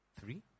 three